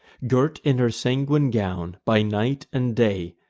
girt in her sanguine gown, by night and day,